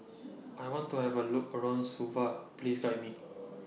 I want to Have A Look around Suva Please Guide Me